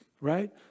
right